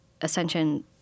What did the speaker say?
Ascension